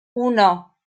uno